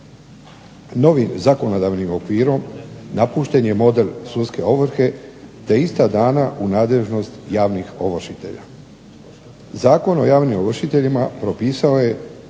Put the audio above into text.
Novim zakonodavnim okvirom napušten je model sudske ovrhe te je ista dana u nadležnost javnih ovršitelja. Zakon o javnim ovršiteljima propisao je